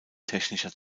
technischer